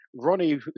Ronnie